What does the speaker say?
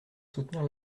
soutenir